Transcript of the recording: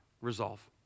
Resolve